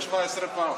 רק 17 פעם.